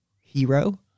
hero